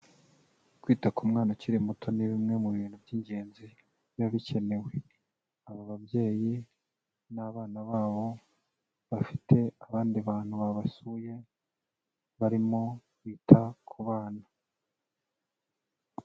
Kwita ku mwana ukiri muto ni bimwe mu bintu by'ingenzi biba bikenewe, aba babyeyi n'abana babo bafite abandi bantu babasuye, barimo kwita ku bana.